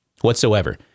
Whatsoever